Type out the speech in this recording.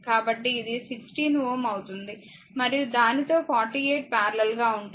కాబట్టి ఇది 16 Ω అవుతుంది మరియు దానితో 48 పారలెల్ గా ఉంటుంది